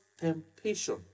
temptation